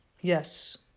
Yes